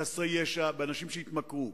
בחסרי ישע, באנשים שהתמכרו.